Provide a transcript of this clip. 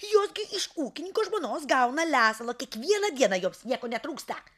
jos gi iš ūkininko žmonos gauna lesalo kiekvieną dieną joms nieko netrūksta